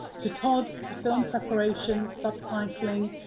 to tod for film preparation, subtitling,